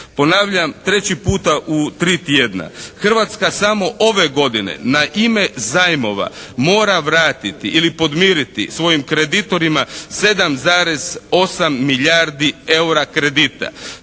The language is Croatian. Ponavljam treći puta u tri tjedna. Hrvatska samo ove godine na ime zajmova mora vratiti ili podmiriti svojim kreditorima 7,8 milijardi EUR-a kredita.